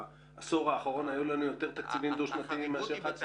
בעשור האחרון היו לנו יותר תקציבים דו-שנתיים מאשר תקציבים חד-שנתיים.